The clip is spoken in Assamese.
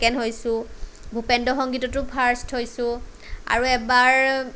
ছেকেণ্ড হৈছোঁ ভুপেন্দ্ৰ সংগীতটো ফাৰ্ষ্ট হৈছোঁ আৰু এবাৰ